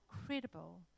incredible